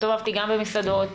הסתובבתי גם במסעדות,